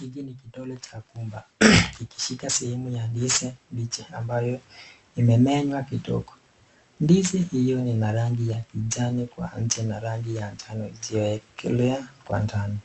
Hiki ni kidole cha gumba kikishika sehemu ya ndizi mbichi ambayo imemenywa kidogo. Ndizi hiyo ina rangi ya kijani kwa nje na rangi ya njano isiyoelekea kwa ndani,